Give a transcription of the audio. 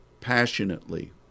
passionately